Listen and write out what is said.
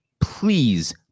please